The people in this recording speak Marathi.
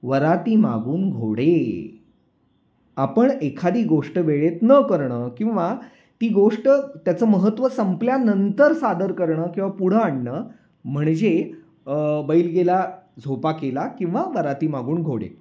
वरातीमागून घोडे आपण एखादी गोष्ट वेळेत न करणं किंवा ती गोष्ट त्याचं महत्त्व संपल्यानंतर सादर करणं किंवा पुढं आणणं म्हणजे बैल गेला झोपा केला किंवा वरातीमागून घोडे